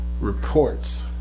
reports